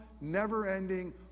never-ending